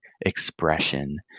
expression